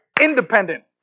independent